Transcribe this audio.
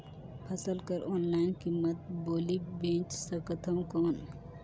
फसल कर ऑनलाइन कीमत बोली बेच सकथव कौन?